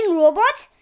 robots